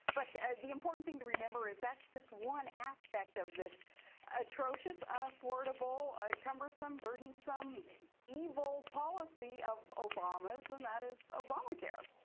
but the important thing to remember is that's just one aspect of this atrocious, unaffordable, cumbersome, burdensome, evil policy of obama's and that is obamacare.